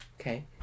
Okay